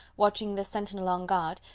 watching the sentinel on guard,